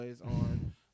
on